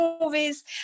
movies